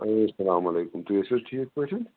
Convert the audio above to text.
hello سلامُ علیکُم تُہۍ ٲسِوٕ حظ ٹھیٖک پٲٹھۍ